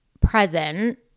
present